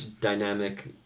dynamic